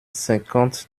cinquante